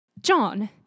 John